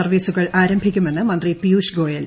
സർവ്വീസുകൾ ആരംഭിക്കുമെന്ന് മന്ത്രി പീയുഷ് ഗോയൽ